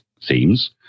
themes